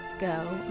Go